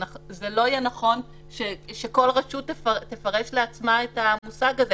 זה לא יהיה נכון שכל רשות תפרש לעצמה את המושג הזה